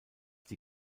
die